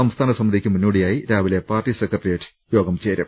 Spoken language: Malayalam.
സംസ്ഥാനസമിതിയ് ക്ക് മുന്നോടിയായി രാവിലെ പാർട്ടി സെക്രട്ടേറിയറ്റ് യോഗം ചേരും